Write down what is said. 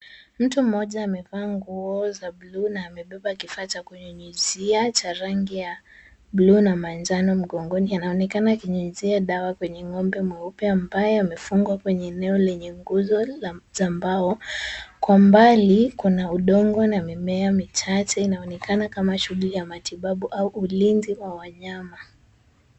Mtu mmoja amevaa nguo za bluu na amebeba kifaa cha kunyunyuzia cha rangi ya bluu na manjano mgongoni. Anaonekana akinyunyuzia dawa kwenye ng'ombe mweupe ambaye amefungwa kwenye eneo lenye nguzo za mbao. Kwa mbali kuna udongo na mimea michache. Inaonekana kama shughuli ya matibabu au ulinzi wa wanyama.